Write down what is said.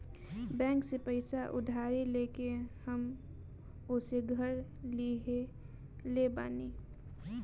bank से पईसा उधारी लेके हम असो घर लीहले बानी